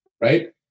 right